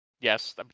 Yes